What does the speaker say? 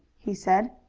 he said.